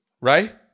right